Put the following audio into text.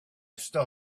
still